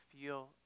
feel